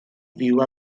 fyw